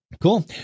Cool